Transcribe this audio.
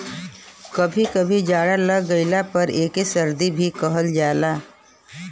कभी कभी जाड़ा लाग गइले पर एके सर्दी भी कहल जाला